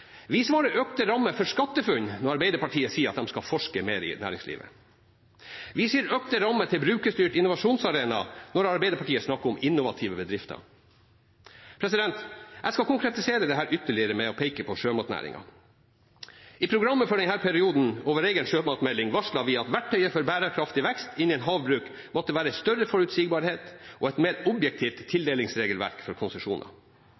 Vi svarer økte rammer for SkatteFUNN når Arbeiderpartiet sier at de skal forske mer i næringslivet. Vi sier økte rammer til brukerstyrt innovasjonsarena når Arbeiderpartiet snakker om innovative bedrifter. Jeg skal konkretisere dette ytterligere ved å peke på sjømatnæringen. I programmet for denne perioden og i vår egen sjømatmelding varslet vi at verktøyet for bærekraftig vekst innen havbruk måtte være større forutsigbarhet og et mer objektivt tildelingsregelverk for konsesjoner